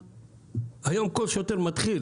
היום כל שוטר מתחיל